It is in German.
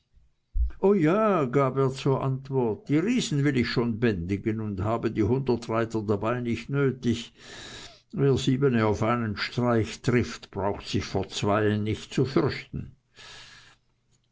o ja gab er zur antwort die riesen will ich schon bändigen und habe die hundert reiter dabei nicht nötig wer siebene auf einen streich trifft braucht sich vor zweien nicht zu fürchten